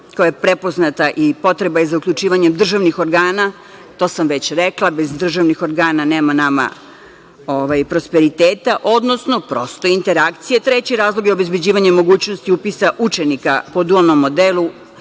tu je prepoznata i potreba za uključivanjem državnih organa, to sam već rekla. Bez državnih organa nema nama prosperiteta, odnosno, prosto interakcija. Treći razlog je obezbeđivanje mogućnosti upisa učenika po dualnom modelu